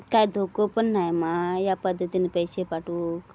काय धोको पन नाय मा ह्या पद्धतीनं पैसे पाठउक?